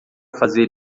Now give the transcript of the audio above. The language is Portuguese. fazer